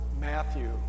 Matthew